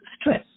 stress